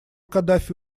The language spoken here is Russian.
каддафи